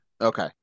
Okay